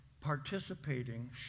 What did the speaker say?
participating